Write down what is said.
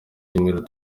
cyumweru